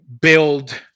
build